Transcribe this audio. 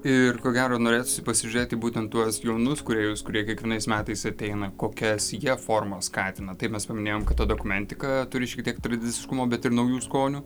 ir ko gero norėtūsi pasižiūrėt į būtent tuos jaunus kūrėjus kurie kiekvienais metais ateina kokias jie formas skatina taip mes paminėjom kad ta dokumentika turi šiek tiek tradiciškumo bet ir naujų skonių